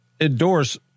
endorse